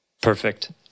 Perfect